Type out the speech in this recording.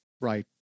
right